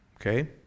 okay